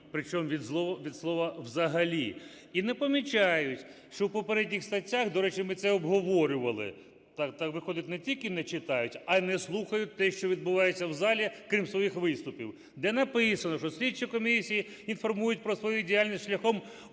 Причому, від слова "взагалі". І не помічають, що в попередніх стаття, до речі, ми це обговорювали, так виходить, не тільки не читають, а й не слухають те, що відбувається в залі, крім своїх виступів. Де написано, що слідчі комісії інформують про свою діяльність шляхом